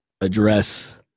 address